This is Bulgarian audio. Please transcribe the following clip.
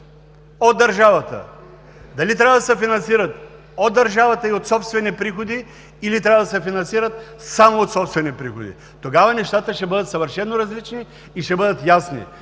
от държавата, дали трябва да се финансират от държавата и от собствени приходи, или трябва да се финансират само от собствени приходи. Тогава нещата ще бъдат съвършено различни и ще бъдат ясни.